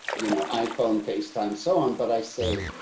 you know, iphone, facetime so on but i say,